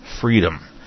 freedom